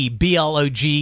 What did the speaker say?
blog